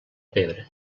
pebre